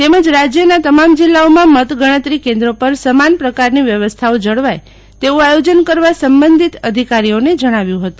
તેમજ રાજ્યના તમામ જિલ્લાઓમાં મતગણતરી કેન્દ્રો પર સમાન પ્રકારની વ્યવસ્થાઓ જળવાય તેવું આયોજન કરવા સંબંધિત અધિકારીઓને જણાવ્યું હતું